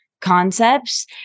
concepts